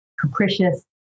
capricious